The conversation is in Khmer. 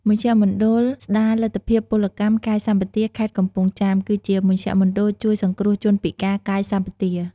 មជ្ឈមណ្ឌលស្តារលទ្ធភាពពលកម្មកាយសម្បទា ខេត្តកំពង់ចាម គឺជាមជ្ឈមណ្ឌលជួយសង្គ្រោះជនពិការកាយសប្បទា។